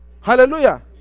Hallelujah